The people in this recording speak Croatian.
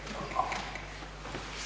Hvala